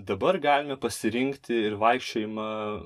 dabar galime pasirinkti ir vaikščiojimą